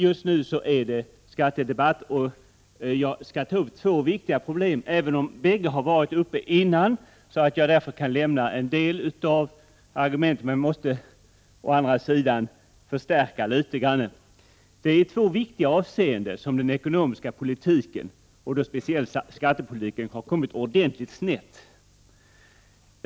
Just nu är det emellertid skattedebatt, och jag skall ta upp två viktiga problem, även om bägge redan har varit uppe till debatt och jag därför kan avstå från en del av argumenten. Jag måste å andra sidan förstärka andra delar. Det är i två viktiga avseenden som den ekonomiska politiken, speciellt skattepolitiken, har kommit ordentligt snett.